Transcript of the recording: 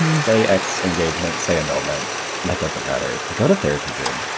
say x engagements, say andelman that doesn't matter. but go to therapy. did.